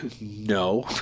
no